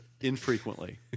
infrequently